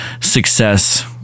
success